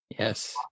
Yes